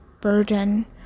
burden